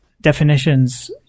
definitions